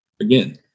again